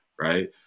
right